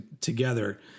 together